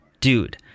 dude